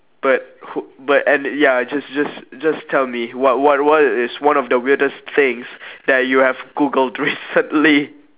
but who but and ya just just just tell me what what what is one of the weirdest things that you have googled recently